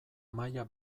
maila